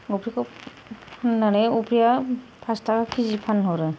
अफ्रिखौ फाननानै अफ्रिया पास थाखा केजि फानहरो